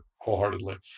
wholeheartedly